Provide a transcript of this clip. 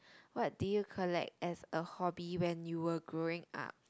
what did you collect as a hobby when you were growing up